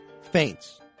faints